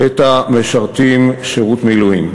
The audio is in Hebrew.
את המשרתים שירות מילואים.